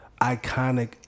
iconic